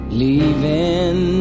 leaving